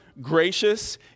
gracious